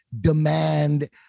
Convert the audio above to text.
Demand